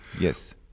Yes